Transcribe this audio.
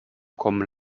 kommen